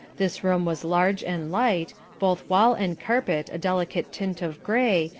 this room was large and light, both wall and carpet a delicate tint of grey,